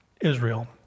Israel